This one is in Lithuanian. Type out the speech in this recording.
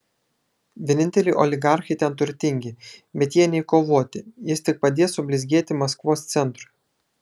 vieninteliai oligarchai ten turtingi bet jie nei kovoti jis tik padės sublizgėti maskvos centrui